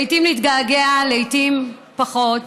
לעיתים להתגעגע, לעיתים פחות.